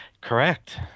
correct